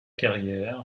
carrière